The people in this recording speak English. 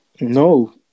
No